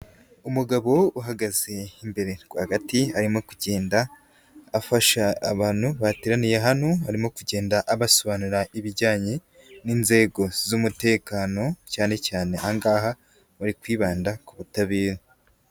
Umugabo uhagaze imbere rwagati, arimo kugenda afasha abantu bateraniye hano, harimo kugenda abasobanurira ibijyanye n'inzego z'umutekano, cyane cyane aha ngaha aba ari kwibanda ku butabera.